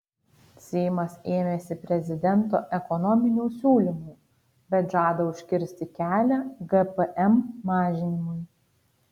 seimas ėmėsi prezidento ekonominių siūlymų bet žada užkirsti kelią gpm mažinimui